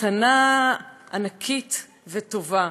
מתנה ענקית וטובה,